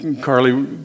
Carly